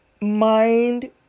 mind